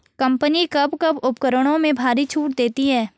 Company कब कब उपकरणों में भारी छूट देती हैं?